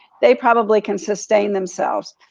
they probably can sustain themselves.